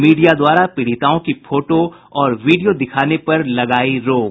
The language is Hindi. मीडिया द्वारा पीड़िताओं की फोटो और वीडियो दिखाने पर लगायी रोक